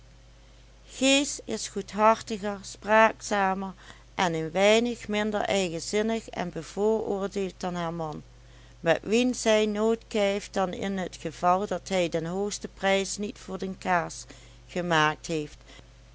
gees is goedhartiger spraakzamer en een weinig minder eigenzinnig en bevooroordeeld dan haar man met wien zij nooit kijft dan in t geval dat hij den hoogsten prijs niet voor de kaas gemaakt heeft